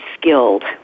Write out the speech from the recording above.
skilled